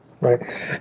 Right